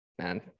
Man